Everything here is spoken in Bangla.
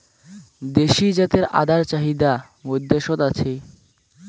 দেশী জাতের আদার চাহিদা বৈদ্যাশত আছে